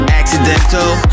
accidental